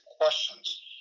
questions